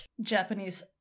Japanese